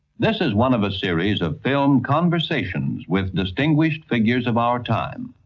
this is one of a series of film conversations with distinguished figures of our time.